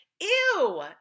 ew